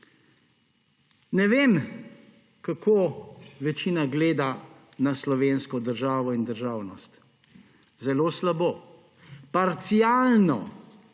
Ne vem, kako večina gleda na slovensko državo in državnost. Zelo slabo, parcialno.